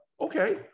Okay